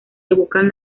evocan